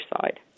side